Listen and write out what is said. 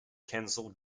kensal